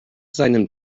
seinem